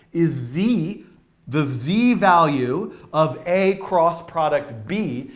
is the the z-value of a cross product b,